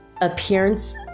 appearance